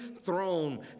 throne